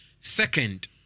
Second